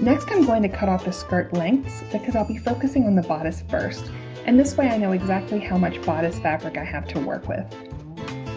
next i'm going to cut off the skirt lengths because i'll be focusing on the bodice first and this way i know exactly how much bodice fabric i have to work with